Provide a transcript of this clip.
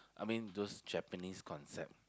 I mean those Japanese concept